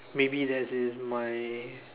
maybe this is my